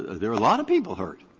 there are a lot of people hurt.